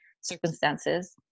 circumstances